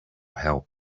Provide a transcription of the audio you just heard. help